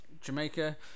Jamaica